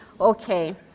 Okay